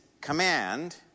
command